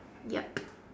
yup